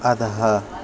अधः